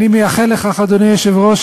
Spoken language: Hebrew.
אדוני היושב-ראש,